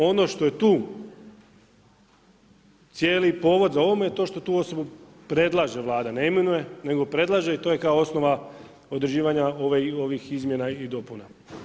Ono što je tu cijeli povod za ovo to što tu osobu predlaže Vlada, ne imenuje, nego predlaže i to je kao osnova određivanja ovih izmjena i dopuna.